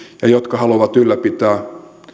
ja jotka haluavat ylläpitää